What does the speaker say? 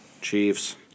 Chiefs